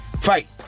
Fight